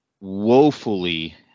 woefully